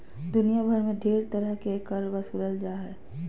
दुनिया भर मे ढेर तरह के कर बसूलल जा हय